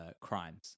crimes